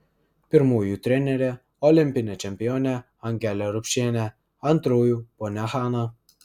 pirmųjų trenerė olimpinė čempionė angelė rupšienė antrųjų ponia hana